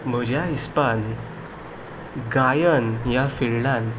म्हज्या हिसपान गायन ह्या फिल्डान